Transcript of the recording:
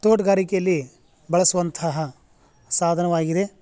ತೋಟಗಾರಿಕೆಯಲ್ಲಿ ಬಳಸುವಂತಹ ಸಾಧನವಾಗಿದೆ